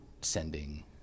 sending